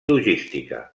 logística